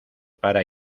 para